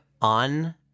on